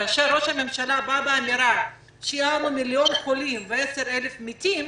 כאשר ראש הממשלה בא באמירה שיהיו 4 מיליון חולים ו-10,000 מתים,